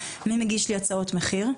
מי מגיש לי הצעות מחיר?